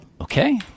Okay